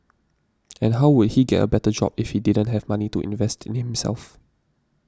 and how would he get a better job if he didn't have money to invest in himself